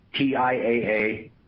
TIAA